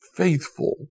Faithful